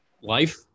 Life